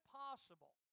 possible